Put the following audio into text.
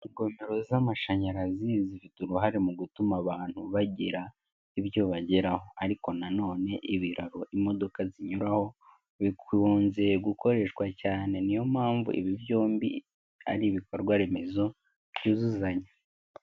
Ingomero z'amashanyarazi zifite uruhare mu gutuma abantu bagira ibyo bageraho, ariko nan none ibiro imodoka zinyuraho, bikunze gukoreshwa cyane niyo mpamvu ibi byombi ari ibikorwa remezo byuzuzanya.